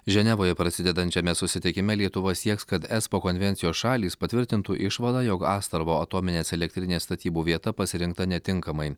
ženevoje prasidedančiame susitikime lietuva sieks kad es po konvencijos šalys patvirtintų išvadą jog astravo atominės elektrinės statybų vieta pasirinkta netinkamai